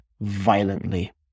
violently